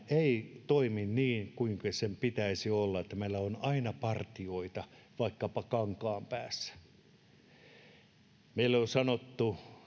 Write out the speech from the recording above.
ei toimi niin kuinka sen pitäisi että meillä on aina partioita vaikkapa kankaanpäässä meille satakuntalaisille on sanottu